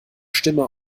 stimme